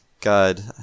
god